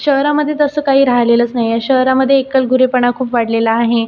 शहरामध्ये तसं काही राहिलेलंच नाही आहे शहरामध्ये एकलगुरेपणा खूप वाढलेला आहे